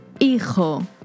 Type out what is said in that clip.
Hijo